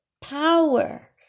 power